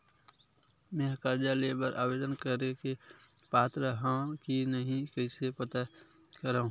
मेंहा कर्जा ले बर आवेदन करे के पात्र हव की नहीं कइसे पता करव?